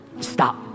Stop